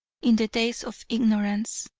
in the days of ignorance,